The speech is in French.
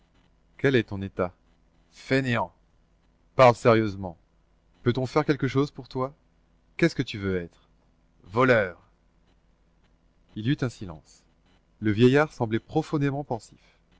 quel est ton état fainéant parle sérieusement peut-on faire quelque chose pour toi qu'est-ce que tu veux être voleur il y eut un silence le vieillard semblait profondément pensif